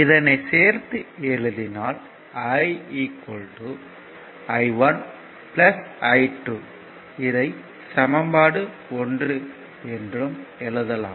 இதனை சேர்த்து எழுதினால் I I1 I2 என எழுதலாம்